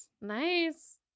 nice